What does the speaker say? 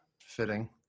fitting